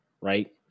right